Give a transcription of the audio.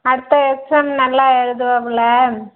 அடுத்த எக்ஸாம் நல்லா எழுதுவாப்புல